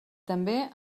també